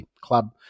club